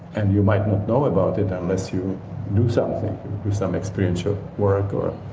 and you might not know about it unless you do something do some experiential work, or